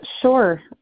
Sure